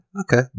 Okay